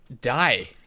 Die